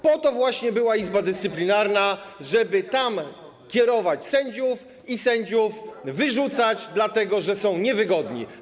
Po to właśnie była Izba Dyscyplinarna, żeby tam kierować sędziów i sędziów wyrzucać, dlatego że są niewygodni.